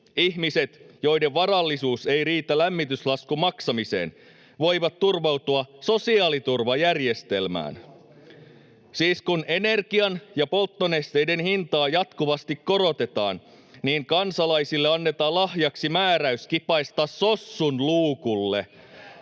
ihmiset, joiden varallisuus ei riitä lämmityslaskun maksamiseen, voivat turvautua sosiaaliturvajärjestelmään. Siis kun energian ja polttonesteiden hintaa jatkuvasti korotetaan, niin kansalaisille annetaan lahjaksi määräys kipaista sossun luukulle.